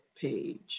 page